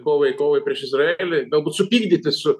kovaikovai prieš izraelį daug supykdyti su